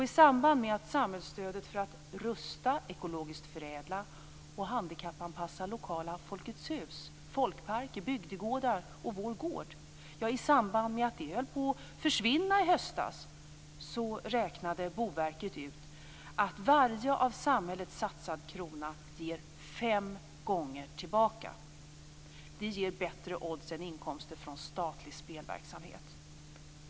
I samband med att samhällsstödet för att rusta, ekologiskt förädla och handikappanpassa lokala Folkets hus, folkparker, bygdegårdar och Vår gård höll på att försvinna i höstas räknade Boverket ut att varje av samhället satsad krona ger fem gånger tillbaka. Det ger bättre odds än inkomster från statlig spelverksamhet.